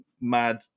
mad